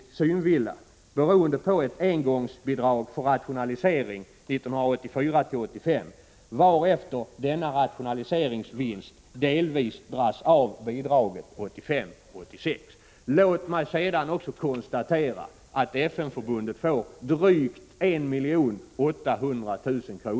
1984 86. Låt mig sedan också konstatera att FN-förbundet får drygt 1 800 000 kr.